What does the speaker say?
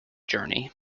journey